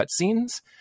cutscenes